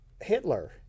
Hitler